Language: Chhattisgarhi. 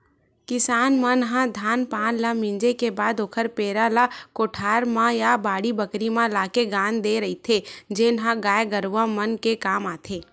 किसान मन ह धान पान ल मिंजे के बाद ओखर पेरा ल कोठार म या बाड़ी बखरी म लाके गांज देय रहिथे जेन ह गाय गरूवा मन के काम आथे